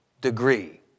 degree